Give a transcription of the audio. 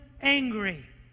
angry